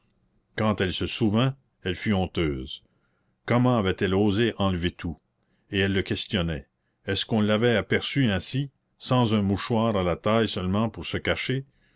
quand elle se souvint elle fut honteuse comment avait-elle osé enlever tout et elle le questionnait est-ce qu'on l'avait aperçue ainsi sans un mouchoir à la taille seulement pour se cacher